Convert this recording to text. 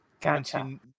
Gotcha